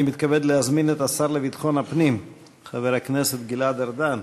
אני מתכבד להזמין את השר לביטחון הפנים חבר הכנסת גלעד ארדן